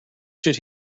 should